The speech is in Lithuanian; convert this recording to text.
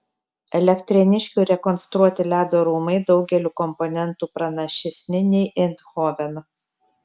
elektrėniškių rekonstruoti ledo rūmai daugeliu komponentų pranašesni nei eindhoveno